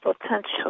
potential